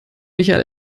michael